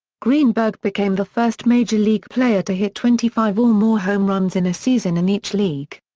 greenberg became the first major league player to hit twenty five or more home runs in a season in each league.